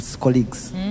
colleagues